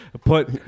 put